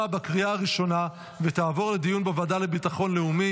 לוועדה לביטחון לאומי